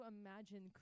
imagine